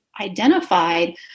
identified